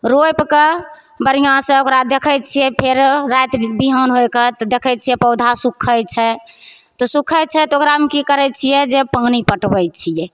रोपि कऽ बढ़िआँसँ ओकरा देखैत छियै फेर राति बिहान होइकऽ तऽ देखैत छियै पौधा सुखैत छै तऽ सुखैत छै तऽ ओकरामे की करैत छियै जे पानि पटबैत छियै